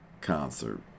Concert